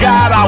God